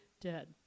dead